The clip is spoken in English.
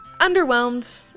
Underwhelmed